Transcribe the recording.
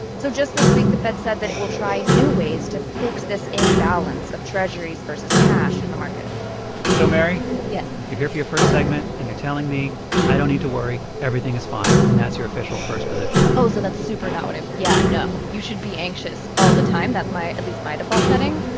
so just this week, the fed said that it will try new ways to fix this imbalance of treasurys versus cash in the market so, mary yes you're here for your first segment, and you're telling me i don't need to worry everything is fine. and that's your official first position? oh, so that's super not what i'm yeah, no. you should be anxious all the time. that's my at least my default setting.